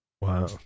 Wow